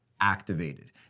activated